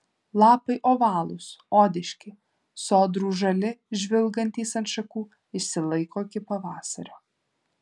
lapai ovalūs odiški sodrūs žali žvilgantys ant šakų išsilaiko iki pavasario